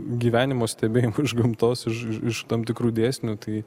gyvenimo stebėjimo iš gamtos iš iš tam tikrų dėsnių tai